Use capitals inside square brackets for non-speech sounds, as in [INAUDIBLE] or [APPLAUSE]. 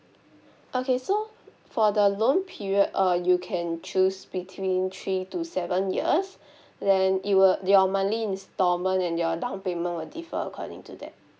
okay so for the loan period uh you can choose between three to seven years [BREATH] then it will your monthly instalment and your down payment will differ according to that